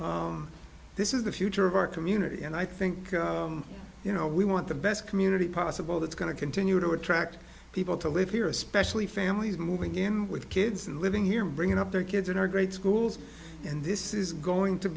years this is the future of our community and i think you know we want the best community possible that's going to continue to attract people to live here especially families moving in with kids and living here bringing up their kids in our great schools and this is going to